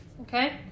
Okay